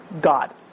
God